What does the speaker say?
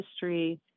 history